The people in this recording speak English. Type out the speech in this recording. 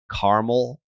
caramel